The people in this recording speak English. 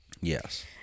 Yes